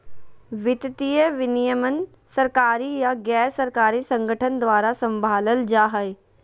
वित्तीय विनियमन सरकारी या गैर सरकारी संगठन द्वारा सम्भालल जा हय